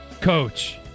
coach